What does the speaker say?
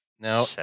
Now